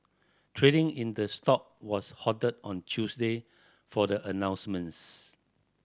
trading in the stock was halted on Tuesday for the announcements